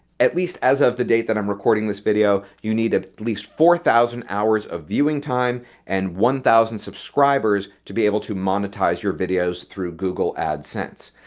at least as of the date that i am recording this video you need at ah least four thousand hours of viewing time and one thousand subscribers to be able to monetize your videos through google adsense.